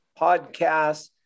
podcasts